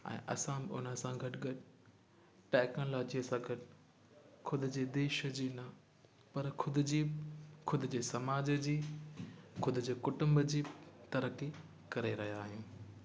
ऐं असां बि उन सां गॾु गॾु टेक्नोलॉजीअ सां गॾु ख़ुदि जे देश जी न पर ख़ुदि जी ख़ुदि जे समाज जी ख़ुदि जे कुटुंब जी तरक़ी करे रहिया आहियूं